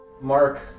Mark